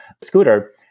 scooter